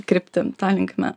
kryptim ta linkme